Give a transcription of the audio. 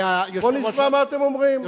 בואו נשמע מה אתם אומרים.